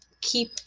keep